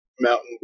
Mountain